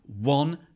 one